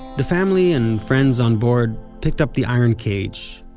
the family and friends onboard picked up the iron cage,